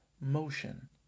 motion